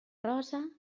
rosa